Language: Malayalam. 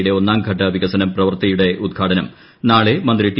യുടെ ഒന്നാം ഘട്ട വികസനം പ്രവൃത്തിയുടെ ഉദ്ഘാടനം നാളെ മന്ത്രി ടി